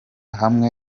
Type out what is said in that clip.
hamwe